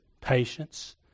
patience